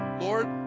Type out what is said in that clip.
Lord